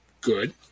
good